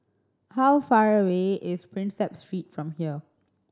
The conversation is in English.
how far away is Prinsep Street from here